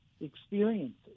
experiences